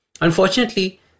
Unfortunately